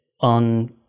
on